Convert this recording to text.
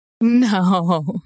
No